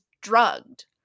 drugged